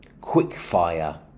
Quickfire